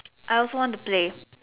I also want to play